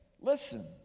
listen